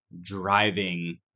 driving